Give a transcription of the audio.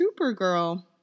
Supergirl